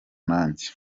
nanjye